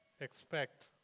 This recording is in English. expect